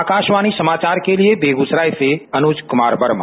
आकाशवाणी समाचार के लिए बेगूसराय से अनुज कुमार वर्मा